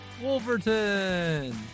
Wolverton